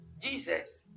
Jesus